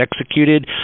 executed